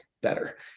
better